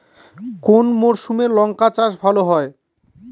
কোন মরশুমে লঙ্কা চাষ ভালো হয়?